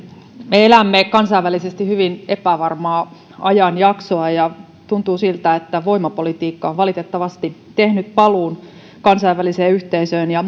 me elämme kansainvälisesti hyvin epävarmaa ajanjaksoa ja tuntuu siltä että voimapolitiikka on valitettavasti tehnyt paluun kansainväliseen yhteisöön ja